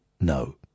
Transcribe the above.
No